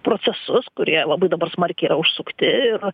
procesus kurie labai dabar smarkiai yra užsukti ir